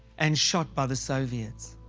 and shot by the soviets.